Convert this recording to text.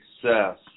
success